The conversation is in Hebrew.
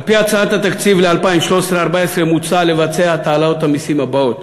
בהצעת התקציב ל-2013 2014 מוצע לבצע את העלאות המסים הבאות: